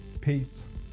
Peace